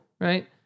right